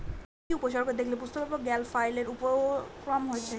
কি কি উপসর্গ দেখলে বুঝতে পারব গ্যাল ফ্লাইয়ের আক্রমণ হয়েছে?